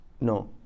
no